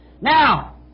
Now